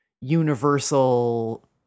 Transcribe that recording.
universal